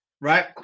right